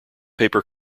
paper